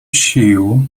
sił